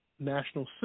National